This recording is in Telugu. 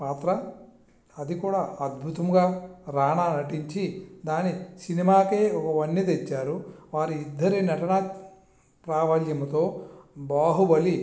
పాత్ర అది కూడా అద్భుతంగా రాణా నటించి దాని సినిమాకే ఒక వన్నె తెచ్చారు వారిద్దరి నటనా ప్రావీణ్యంతో బాహుబలి